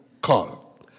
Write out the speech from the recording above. call